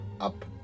up